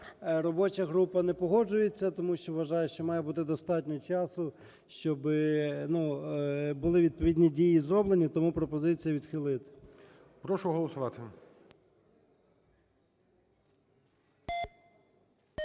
Робоча група не погоджується, тому що вважає, що має бути достатньо часу, щоби були відповідні дії зроблені. Тому пропозиція відхилити. ГОЛОВУЮЧИЙ. Прошу голосувати.